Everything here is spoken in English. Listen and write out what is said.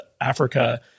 Africa